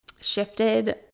shifted